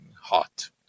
hot